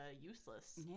useless